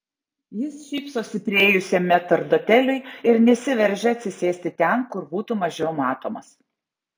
jis šypsosi priėjusiam metrdoteliui ir nesiveržia atsisėsti ten kur būtų mažiau matomas